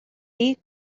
dir